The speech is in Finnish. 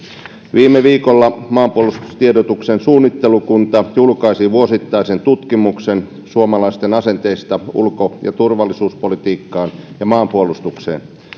viime viikolla maanpuolustustiedotuksen suunnittelukunta julkaisi vuosittaisen tutkimuksen suomalaisten asenteista ulko ja turvallisuuspolitiikkaan ja maanpuolustukseen